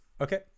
Okay